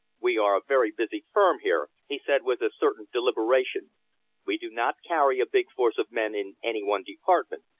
we are a very busy firm here, he said with a certain deliberation we do not carry a big force of men in any one department,